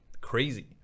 crazy